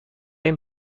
این